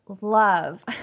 love